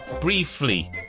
briefly